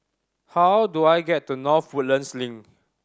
how do I get to North Woodlands Link